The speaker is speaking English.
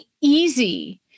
easy